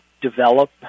develop